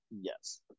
yes